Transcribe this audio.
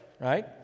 right